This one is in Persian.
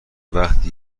وقتی